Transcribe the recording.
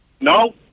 No